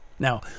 Now